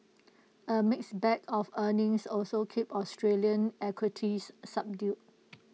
A mixed bag of earnings also kept Australian equities subdued